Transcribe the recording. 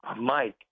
Mike